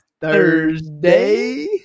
Thursday